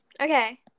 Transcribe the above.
Okay